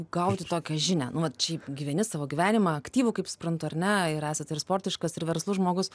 gauti tokią žinią nu vat šiaip gyveni savo gyvenimą aktyvų kaip suprantu ar ne ir esat ir sportiškas ir verslus žmogus